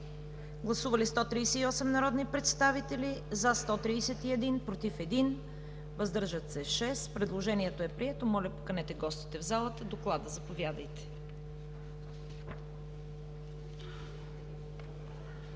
Гласували 138 народни представители: за 131, против 1, въздържали се 6. Предложението е прието. Моля, поканете гостите в залата. За доклада, заповядайте.